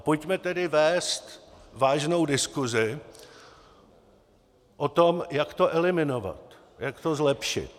Pojďme tedy vést vážnou diskusi o tom, jak to eliminovat, jak to zlepšit.